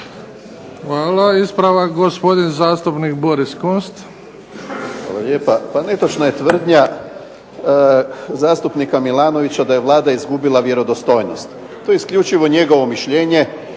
Hvala. Ispravak gospodin zastupnik Boris Kunst.